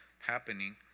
happening